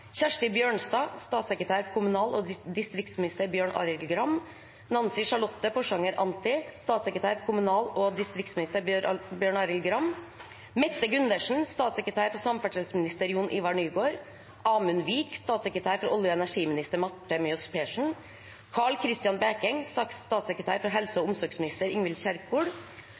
Kjersti Bjørnstad, statssekretær for kommunal- og distriktsminister Bjørn Arild Gram Nancy Charlotte Porsanger Anti, statssekretær for kommunal- og distriktsminister Bjørn Arild Gram Mette Gundersen, statssekretær for samferdselsminister Jon-Ivar Nygård Amund Vik, statssekretær for olje- og energiminister Marte Mjøs Persen Karl Kristian Bekeng, statssekretær for helse- og omsorgsminister Ingvild Kjerkol